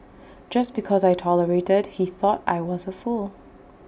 just because I tolerated he thought I was A fool